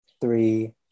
three